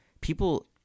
People